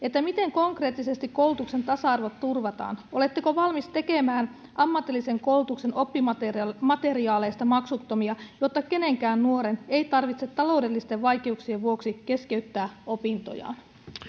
miten konkreettisesti koulutuksen tasa arvo turvataan oletteko valmis tekemään ammatillisen koulutuksen oppimateriaaleista maksuttomia jotta kenenkään nuoren ei tarvitse taloudellisten vaikeuksien vuoksi keskeyttää opintojaan